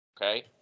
Okay